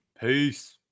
Peace